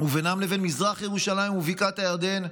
ובינם לבין מזרח ירושלים ובקעת הירדן,